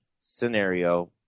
scenario